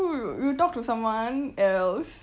who you talk to someone else